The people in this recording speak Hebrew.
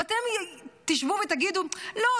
ואתם תשבו תגידו: לא,